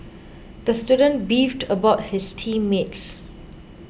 the student beefed about his team mates